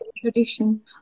tradition